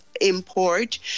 import